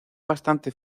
bastante